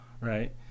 right